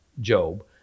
Job